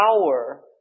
power